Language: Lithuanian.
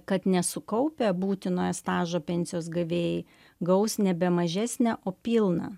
kad nesukaupę būtinojo stažo pensijos gavėjai gaus nebe mažesnę o pilną